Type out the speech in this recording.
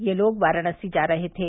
यह लोग वाराणसी जा रहे थे